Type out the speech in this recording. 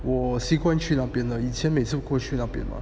我习惯去那边的以前每次过去那边吗